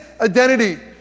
identity